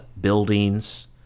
buildings